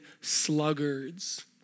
sluggards